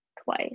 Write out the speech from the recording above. twice